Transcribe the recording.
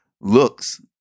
looks